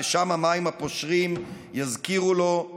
ושם / המים הפושרים יזכירו לו / שבגילו,